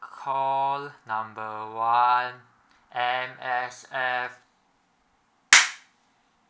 call number one M_S_F